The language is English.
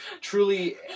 truly